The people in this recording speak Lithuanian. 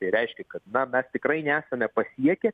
tai reiškia kad na mes tikrai nesame pasiekę